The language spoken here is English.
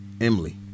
emily